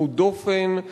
צמוד דופן,